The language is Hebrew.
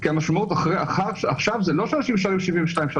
כי המשמעות עכשיו זה לא שאנשים נשארים 72 שעות,